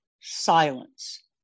silence